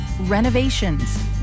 renovations